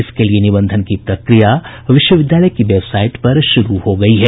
इसके लिए निबंधन की प्रक्रिया विश्वविद्यालय की वेबसाईट पर शुरू हो गयी है